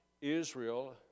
Israel